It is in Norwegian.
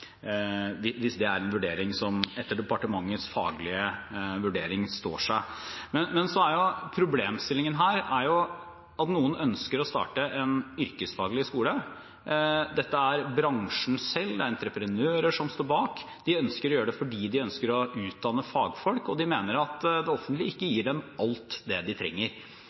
hvis det er en vurdering som etter departementets faglige vurdering står seg. Men problemstillingen her er jo at noen ønsker å starte en yrkesfaglig skole. Det er bransjen selv – bl.a. entreprenører – som står bak. De ønsker å gjøre det fordi de ønsker å utdanne fagfolk, og de mener at det offentlige ikke gir dem alt det de trenger.